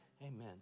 Amen